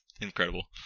incredible